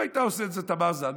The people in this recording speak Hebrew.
אם הייתה עושה את זה תמר זנדברג,